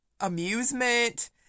amusement